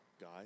guy